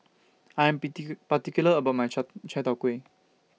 I'm particular about My Chai Chai Tow Kway